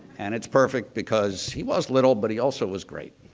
and it's perfect because he was little but he also was great.